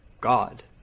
god